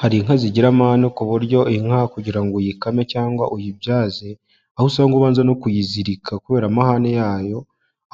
Hari inka zigira amahane ku buryo inka kugira ngo uyikame cyangwa uyibyaze, aho usanga ubanza no kuyizirika kubera amahane yayo,